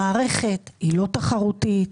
המערכת לא תחרותית.